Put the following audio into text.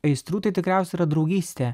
aistrų tai tikriausia yra draugystė